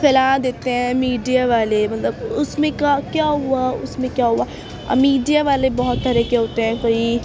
پھیلا دیتے ہیں میڈیا والے مطلب اس میں کیا ہوا اس میں کیا ہوا میڈیا والے بہت طرح کے ہوتے ہیں کوئی